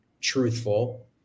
truthful